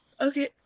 Okay